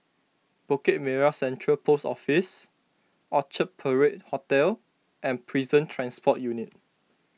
Bukit Merah Central Post Office Orchard Parade Hotel and Prison Transport Unit